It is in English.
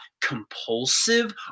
compulsive